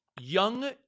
Young